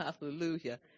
Hallelujah